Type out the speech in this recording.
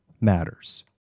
matters